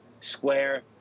Square